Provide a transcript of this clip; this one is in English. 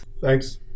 Thanks